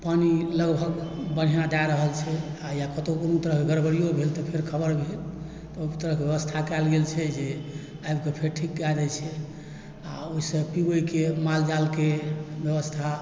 पानी लगभग बढ़िआँ दए रहल छै या कतहुँ कोनो तरहकेँ गड़बडियो भेल तऽ फेर खबर भेल तऽ ओहि तरहकेँ व्यवस्था कयल गेल छै जे आबिके फेर ठीक कए दय छै आ ओहिसँ पिबैके मालजालके व्यवस्था